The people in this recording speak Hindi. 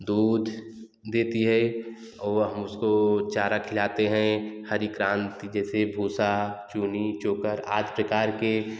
दूध देती है वह हम उसको चारा खिलाते हैं हरी क्रांत जैसे पूजा चुन्नी चोकर आदि प्रकार के